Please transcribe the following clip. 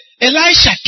Elisha